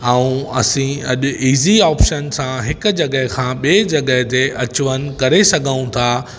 ऐं असां अॼु ईज़ी ऑप्शन सां हिकु जॻह खां ॿिए जॻह ते अचवञ करे सघूं था